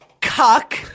cuck